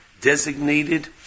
designated